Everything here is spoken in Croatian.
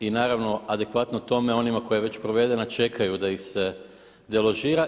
I naravno adekvatno tome onima koja je već provedena čekaju da ih se deložira.